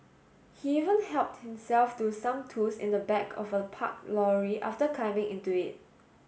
he even helped himself to some tools in the back of a parked lorry after climbing into it